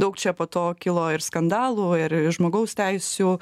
daug čia po to kilo ir skandalų ir ir žmogaus teisių